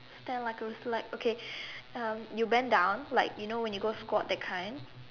stand like a roaster like okay um you bend down like you know when you go squat that kind